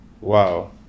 wow